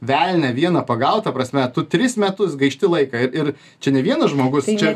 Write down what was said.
velnią vieną pagaut ta prasme tu tris metus gaišti laiką ir čia ne vienas žmogus čia